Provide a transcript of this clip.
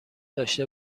داشته